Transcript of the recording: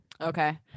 okay